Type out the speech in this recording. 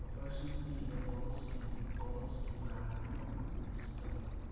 ꯑꯣꯐꯔꯁꯤꯡ ꯄꯤꯔꯤꯕ ꯕꯣꯜꯁꯁꯤꯡ ꯕꯣꯜꯁꯀꯤ ꯕ꯭ꯔꯥꯟ ꯄꯨꯝꯅꯃꯛꯇꯨ ꯂꯤꯁ ꯇꯧ